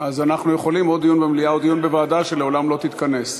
אז אנחנו יכולים או לדיון במליאה או לדיון בוועדה שלעולם לא תתכנס.